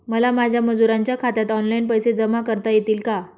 मला माझ्या मजुरांच्या खात्यात ऑनलाइन पैसे जमा करता येतील का?